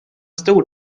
stor